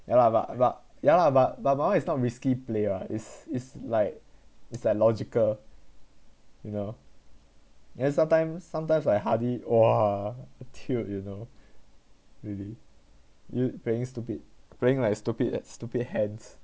ya lah but but ya lah but but but my one is not risky play ah is is like is like logical you know yeah sometimes sometimes like hardy !wah! youtube you know really you playing stupid playing like stupid stupid hands